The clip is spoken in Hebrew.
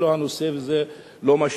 זה לא הנושא וזה לא מה